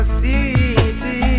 city